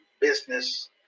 business